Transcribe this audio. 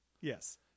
Yes